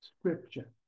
scripture